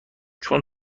چون